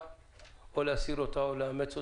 האם להסיר אותה או לאמץ אותה.